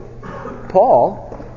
Paul